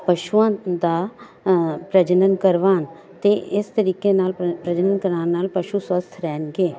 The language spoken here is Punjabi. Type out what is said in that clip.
ਪਸ਼ੂਆਂ ਦਾ ਪ੍ਰਜਨਣ ਕਰਵਾਉਣ ਅਤੇ ਇਸ ਤਰੀਕੇ ਨਾਲ ਪ੍ਰਜਨਣ ਕਰਾਉਣ ਨਾਲ ਪਸ਼ੂ ਸਵੱਸਥ ਰਹਿਣਗੇ